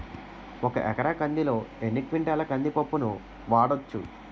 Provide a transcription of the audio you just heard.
ఒక ఎకర కందిలో ఎన్ని క్వింటాల కంది పప్పును వాడచ్చు?